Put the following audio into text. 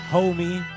Homie